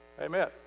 Amen